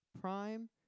Prime